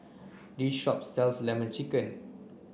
this shop sells lemon chicken